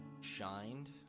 shined